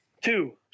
Two